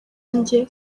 njye